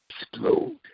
explode